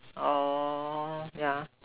oh ya